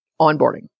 onboarding